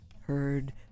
heard